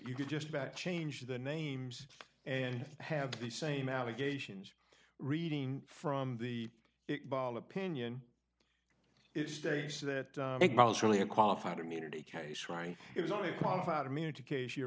you could just about change the names and have the same allegations reading from the opinion it states that it's really a qualified immunity case right it's only a qualified immunity case you're